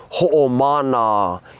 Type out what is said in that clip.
ho'omana